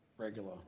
regular